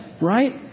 Right